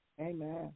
Amen